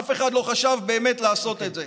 אף אחד לא חשב באמת לעשות את זה.